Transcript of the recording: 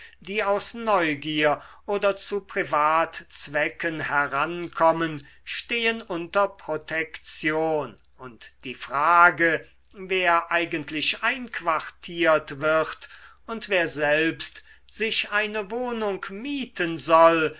die aus neugier oder zu privatzwecken herankommen stehen unter protektion und die frage wer eigentlich einquartiert wird und wer selbst sich eine wohnung mieten soll